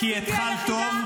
-- כי התחלת טוב.